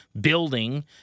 building